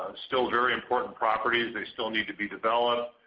ah still very important properties. they still need to be developed.